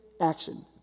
action